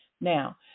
Now